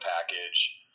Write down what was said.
package